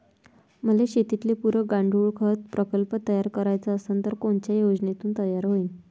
मले शेतीले पुरक गांडूळखत प्रकल्प तयार करायचा असन तर तो कोनच्या योजनेतून तयार होईन?